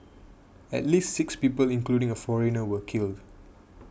at least six people including a foreigner were killed